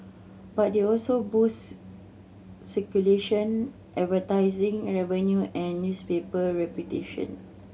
but they also boost circulation advertising and revenue and newspaper reputation